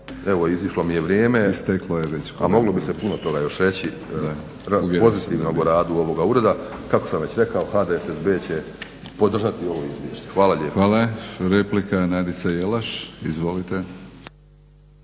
Evo izišlo mi je vrijeme, a moglo bi se puno toga još reći o pozitivnom radu ovoga ureda. Kako sam već rekao HDSSB će podržati ovo izvješće. Hvala lijepo. **Batinić, Milorad (HNS)** Hvala. Replika Nadica Jelaš, izvolite.